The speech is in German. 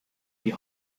die